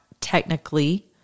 technically